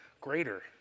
greater